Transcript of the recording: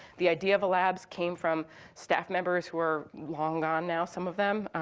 the idea of a labs came from staff members who are long gone now, some of them.